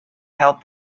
help